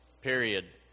period